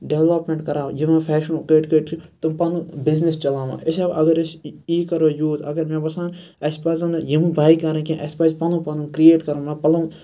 development کَران یِمو فیشنو کٔڑۍ کٔڑۍ چھِ تِم پَنُن بِزنِس چَلاوان أسۍ ہیٚکو اَگَر أسۍ ایی کَرَو یوٗز اَگَر مےٚ باسان اَسہِ پَزَن نہٕ یِم باے کَرٕنۍ کینٛہہ اَسہِ پَزٕ پَنُن پَنُن کریٹ کَرن پَلَو